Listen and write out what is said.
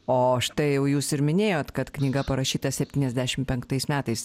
o štai jau jūs ir minėjot kad knyga parašyta septyniasdešim penktais metais